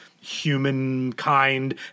humankind